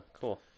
Cool